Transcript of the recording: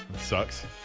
Sucks